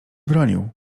bronił